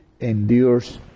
endures